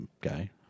guy